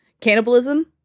Cannibalism